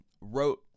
wrote